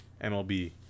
MLB